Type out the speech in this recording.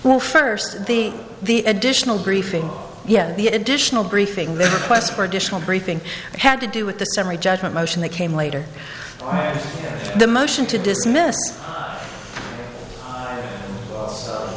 well first the the additional briefing yes the additional briefing the request for additional briefing had to do with the summary judgment motion that came later the motion to dismiss